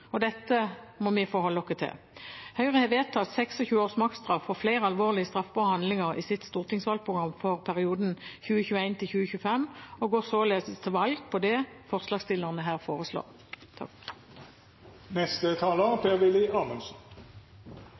Dette må vi forholde oss til. Høyre har vedtatt 26 års maksstraff for flere alvorlige straffbare handlinger i sitt stortingsvalgprogram for perioden 2021–2025 og går således til valg på det forslagsstillerne her foreslår.